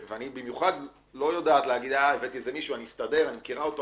ואני לא יודעת לומר: הבאתי מישהו, אסתכל עליו,